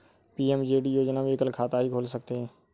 PMJD योजना में एकल खाता ही खोल सकते है